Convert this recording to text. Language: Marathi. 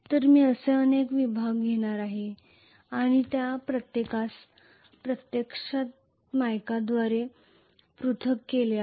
तर मी असे अनेक विभाग घेणार आहे आणि त्या प्रत्येकास प्रत्यक्षात मायकाद्वारे पृथक् केलेले आहे